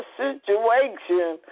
situation